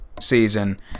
season